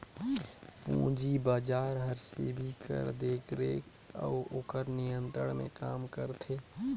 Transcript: पूंजी बजार हर सेबी कर देखरेख अउ ओकर नियंत्रन में काम करथे